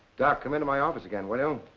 doc, come in to my office again, will you?